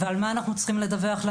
ועל מה אנחנו צריכים למשטרה,